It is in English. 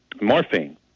morphine